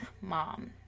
mom